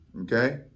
Okay